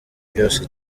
byose